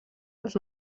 els